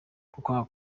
kwanga